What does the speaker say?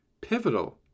pivotal